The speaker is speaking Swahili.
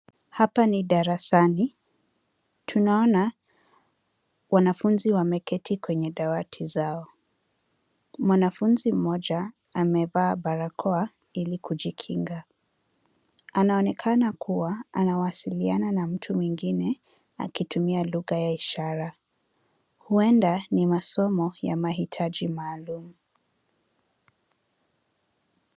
Hapa ni darasani, tunaona wanafunzi wameketi kwenye dawati zao. Mwanafunzi mmoja amevaa barakoa ili kujikinga. Anaonekana kuwa anawasiliana na mtu mwengine akitumia lugha ya ishara. Huenda ni masomo ya mahitaji maalum.